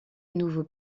nouveau